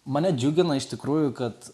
mane džiugina iš tikrųjų kad